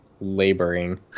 laboring